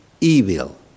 evil